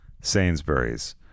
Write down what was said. Sainsbury's